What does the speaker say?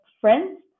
friends